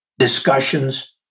discussions